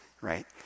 right